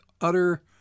utter